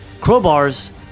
Crowbars